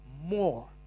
more